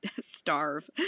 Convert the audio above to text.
starve